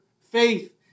Faith